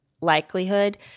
likelihood